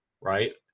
Right